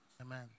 Amen